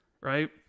Right